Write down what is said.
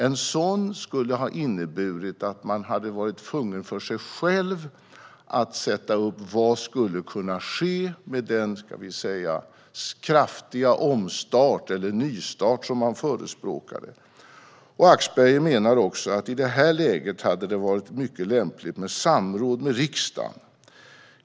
En sådan skulle ha inneburit att man hade varit tvungen att för sig själv sätta upp vad som skulle kunna ske i och med den kraftiga omstart eller nystart som man förespråkade. Axberger menar också att det i detta läge hade varit mycket lämpligt med samråd med riksdagen.